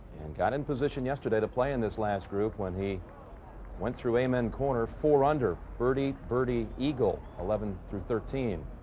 and got in position yesterday to plan this last group when he went through amen corner for under birdie, birdie, eagle eleven through thirteen.